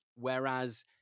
Whereas